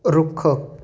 ਰੁੱਖ